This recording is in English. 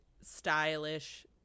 stylish